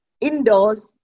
indoors